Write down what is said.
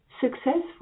successful